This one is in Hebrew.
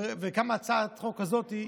ותראה מה יצא בסוף.